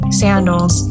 sandals